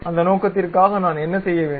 அந்த நோக்கத்திற்காக நான் என்ன செய்ய வேண்டும்